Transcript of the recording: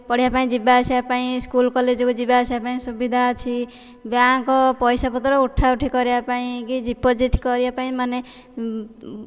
ପଢ଼ିବା ପାଇଁ ଯିବା ଆସିବା ପାଇଁ ସ୍କୁଲ୍ କଲେଜ୍କୁ ଯିବା ଆସିବା ପାଇଁ ସୁବିଧା ଅଛି ବ୍ୟାଙ୍କ୍ ପାଇସା ପତ୍ର ଉଠାଉଠି କରିବା ପାଇଁ କି ଡିପୋଜିଟ୍ କରିବା ପାଇଁ ମାନେ